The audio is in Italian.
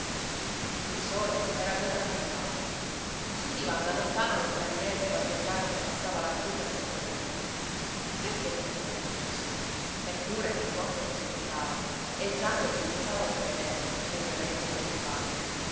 il sole era già tramontato si udivano da lontano le sonagliere di qualche carro che passava laggiù per lo stradone perché batteva i denti così eppure la fronte gli scottava e il sangue gli frizzava per le vene e le orecchie gli